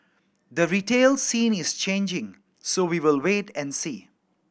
the retail scene is changing so we will wait and see